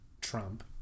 trump